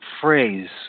phrase